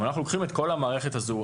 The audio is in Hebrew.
אם אנחנו לוקחים את כל המערכת הזו,